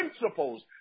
principles